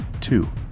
Two